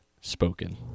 Spoken